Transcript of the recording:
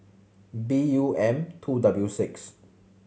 B U M two W six